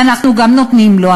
ואנחנו גם נותנים לו,